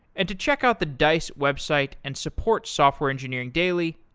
and to check out the dice website and support software engineering daily,